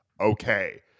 okay